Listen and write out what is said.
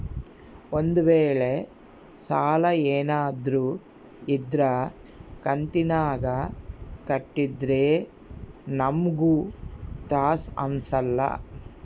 ಒಂದ್ವೇಳೆ ಸಾಲ ಏನಾದ್ರೂ ಇದ್ರ ಕಂತಿನಾಗ ಕಟ್ಟಿದ್ರೆ ನಮ್ಗೂ ತ್ರಾಸ್ ಅಂಸಲ್ಲ